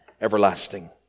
everlasting